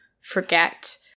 forget